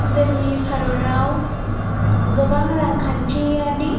जोंनि भारताव गोबां रांखान्थिनि